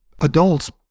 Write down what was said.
adults